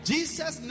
Jesus